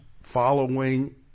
following